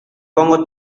pongo